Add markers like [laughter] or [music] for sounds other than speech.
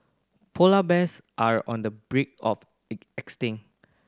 polar bears are on the brink of [unintelligible]